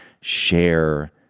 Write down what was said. share